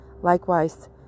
Likewise